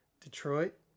Detroit